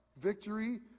victory